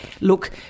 look